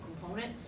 component